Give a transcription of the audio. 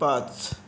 पाच